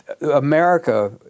America